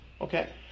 Okay